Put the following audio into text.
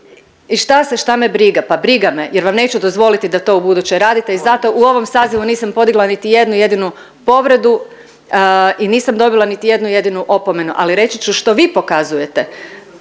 I šta se šta me briga? Pa briga me jer vam neću dozvoliti da to u buduće radite i zato u ovom sazivu nisam podigla niti jednu jedinu povredu i nisam dobila niti jednu jedinu opomenu, ali reći ću što vi pokazujete